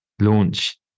launch